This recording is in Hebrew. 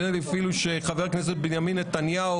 נדמה לי אפילו שחבר הכנסת בנימין נתניהו